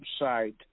website